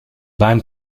beim